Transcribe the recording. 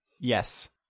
yes